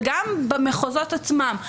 וגם במחוזות עצמן.